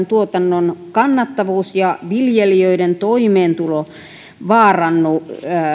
tuotannon kannattavuus ja viljelijöiden toimeentulo vaarantuvat